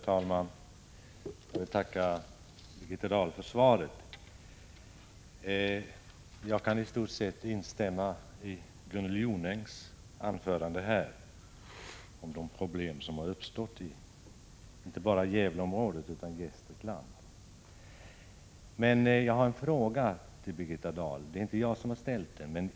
Herr talman! Jag tackar Birgitta Dahl för svaret. Jag kan i stort sett instämma i Gunnel Jonängs anförande om de problem som har uppstått inte bara i Gävleområdet utan också i Gästrikland. Sedan vill jag gärna vidarebefordra en fråga till Birgitta Dahl.